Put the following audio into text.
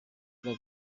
byo